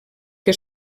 que